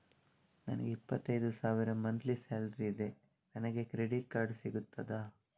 ನನಗೆ ಇಪ್ಪತ್ತೈದು ಸಾವಿರ ಮಂತ್ಲಿ ಸಾಲರಿ ಇದೆ, ನನಗೆ ಕ್ರೆಡಿಟ್ ಕಾರ್ಡ್ ಸಿಗುತ್ತದಾ?